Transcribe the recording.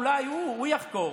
אולי הוא יחקור.